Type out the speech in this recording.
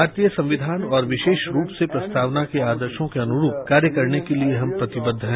भारतीय संविधान और विशेष रूप से प्रस्तावना के आर्दशों के अनुरूप कार्य करने के लिए हम प्रतिबद्ध है